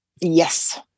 yes